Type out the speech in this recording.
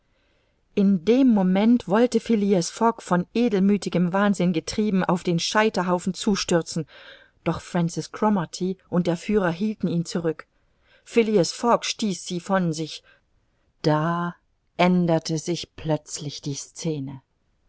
in dem moment wollte phileas fogg von edelmüthigem wahnsinn getrieben auf den scheiterhaufen zustürzen doch francis cromarty und der führer hielten ihn zurück phileas fogg stieß sie von sich da änderte sich plötzlich die scene